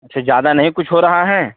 अच्छा ज्यादा नहीं कुछ हो रहा है